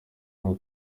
mwaka